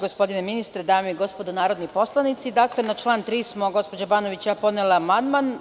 Gospodine ministre, dame i gospodo narodni poslanici, na član 3. smo gospođa Banović i ja podnele amandman.